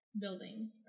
building